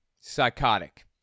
Psychotic